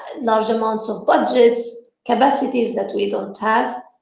large amounts of budgets, capacities that we don't have.